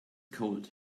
cold